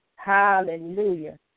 Hallelujah